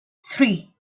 three